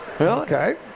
Okay